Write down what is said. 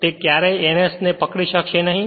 પરંતુ તે ક્યારેય ns ને પકડી શકશે નહીં